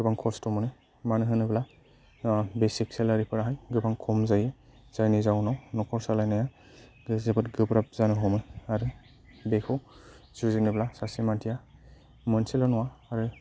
गोबां खस्त' मोनो मानो होनोब्ला बेसिक सेलारिफ्रा गोबां खम जायो जायनि जाहोनाव न'खर सालायनाया बे जोबोद गोब्राब जानो हमो आरो बेखौ जुजिनोब्ला सासे मानसिया मोनसेल' नङा आरो